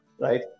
right